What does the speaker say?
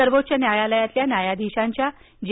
सर्वोच्च न्यायालयातल्या न्यायाधिशांच्या जे